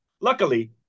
Luckily